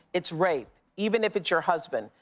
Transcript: it's rape, even if it's your husband.